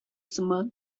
сыман